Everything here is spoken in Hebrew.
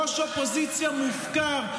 ראש אופוזיציה מופקר.